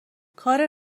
کار